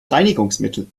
reinigungsmittel